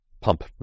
pump